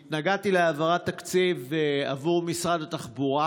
התנגדתי להעברת תקציב עבור משרד התחבורה